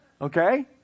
Okay